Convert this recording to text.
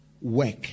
work